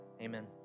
Amen